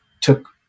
took